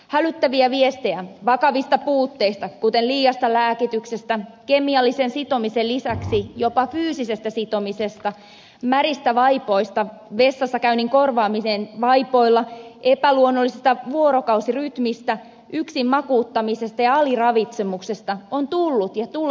hälyttäviä viestejä vakavista puutteista kuten liiasta lääkityksestä kemiallisen sitomisen lisäksi jopa fyysisestä sitomisesta märistä vaipoista vessassa käynnin korvaamisesta vaipoilla epäluonnollisesta vuorokausirytmistä yksin makuuttamisesta ja aliravitsemuksesta on tullut ja tulee edelleen